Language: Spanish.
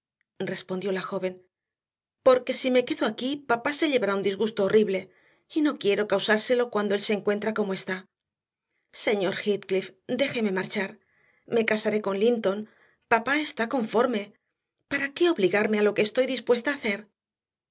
respondió la joven porque si me quedo aquí papá se llevará un disgusto horrible oh no quiero causárselo cuando él se encuentra como está señor heathcliff déjeme marchar me casaré con linton papá está conforme para qué obligarme a lo que estoy dispuesta a hacer